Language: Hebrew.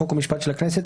חוק ומשפט של הכנסת,